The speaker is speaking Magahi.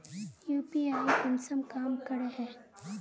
यु.पी.आई कुंसम काम करे है?